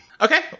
Okay